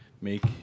make